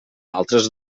altres